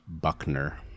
buckner